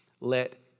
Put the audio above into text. let